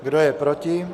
Kdo je proti?